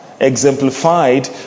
exemplified